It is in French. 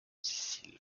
sicile